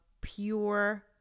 pure